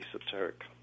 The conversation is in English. esoteric